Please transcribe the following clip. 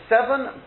seven